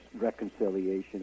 reconciliation